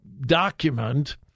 document